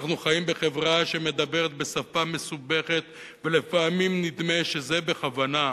אנחנו חיים בחברה שמדברת בשפה מסובכת ולפעמים נדמה שזה בכוונה.